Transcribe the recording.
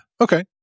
okay